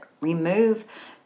remove